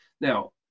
Now